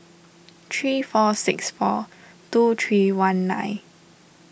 three four six four two three one nine